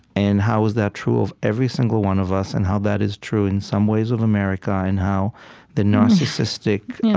and how is that true of every single one of us, and how that is true in some ways of america, and how the narcissistic,